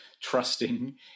trusting